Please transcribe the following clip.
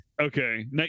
Okay